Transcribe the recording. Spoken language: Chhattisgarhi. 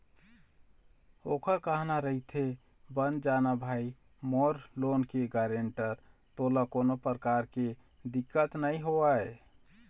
ओखर कहना रहिथे बन जाना भाई मोर लोन के गारेंटर तोला कोनो परकार के दिक्कत नइ होवय